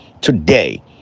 Today